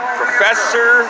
professor